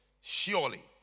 Surely